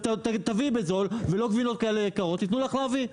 תביאי בזול ולא גבינות כאלה יקרות, יתנו לך להביא.